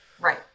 Right